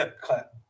clap